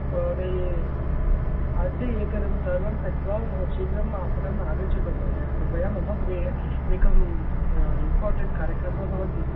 महोदय अद्य एकदा सर्वं त्यक्त्वा शीघ्रम् आपणम् आगच्छतु महोदय कृपया मम गृहे एकः इम्पोर्टेण्ट् कार्यक्रमः भवति